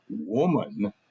woman